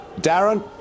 Darren